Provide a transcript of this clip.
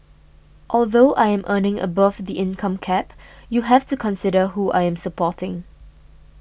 although I am earning above the income cap you have to consider who I am supporting